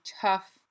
tough